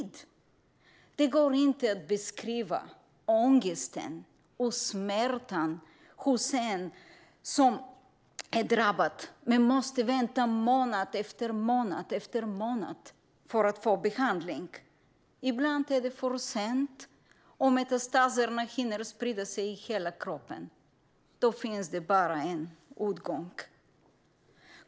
Det går inte att beskriva ångesten och smärtan hos någon som är drabbad men måste vänta månad efter månad på behandling. Ibland är det för sent, och metastaserna hinner sprida sig i hela kroppen. Då finns det bara en utgång.